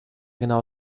genau